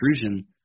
intrusion